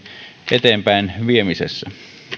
eteenpäin viemisessä